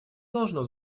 должно